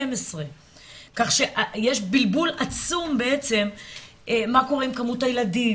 כך שיש בלבול עצום בעצם מה קורה עם כמות הילדים,